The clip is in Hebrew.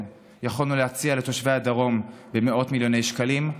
יכולנו להציע לתושבי הדרום במאות מיליוני שקלים,